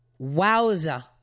wowza